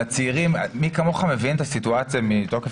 לצעירים מי כמוך מבין את הסיטואציה מתוקף